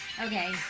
Okay